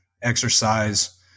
exercise